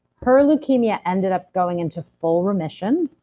her leukemia ended up going into full remission,